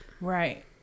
right